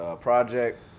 project